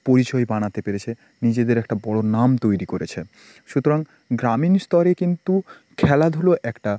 পরিচয় বানাতে পেরেছে নিজেদের একটা বড়ো নাম তৈরি করেছে সুতরাং গ্রামীণ স্তরে কিন্তু খেলাধুলো একটা